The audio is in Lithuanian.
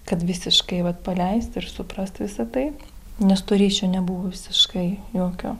kad visiškai vat paleist ir suprast visa tai nes to ryšio nebuvo visiškai jokio